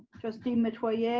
trustee metoyer yeah